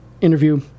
interview